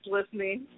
listening